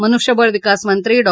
मनुष्यबळ विकासमंत्री डॉ